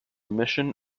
omission